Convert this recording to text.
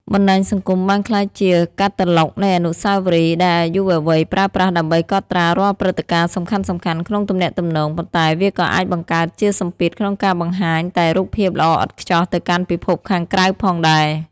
បណ្ដាញសង្គមបានក្លាយជា «កាតាឡុក» នៃអនុស្សាវរីយ៍ ដែលយុវវ័យប្រើប្រាស់ដើម្បីកត់ត្រារាល់ព្រឹត្តិការណ៍សំខាន់ៗក្នុងទំនាក់ទំនង ប៉ុន្តែវាក៏អាចបង្កើតជាសម្ពាធក្នុងការបង្ហាញតែរូបភាពល្អឥតខ្ចោះទៅកាន់ពិភពខាងក្រៅផងដែរ។